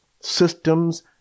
systems